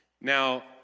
Now